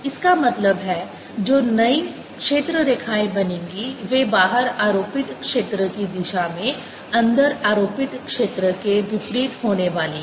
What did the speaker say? इसका मतलब है जो नई क्षेत्र रेखाएं बनेंगी वे बाहर आरोपित क्षेत्र की दिशा में अंदर आरोपित क्षेत्र के विपरीत होने वाली हैं